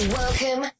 welcome